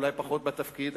אולי פחות, בתפקיד.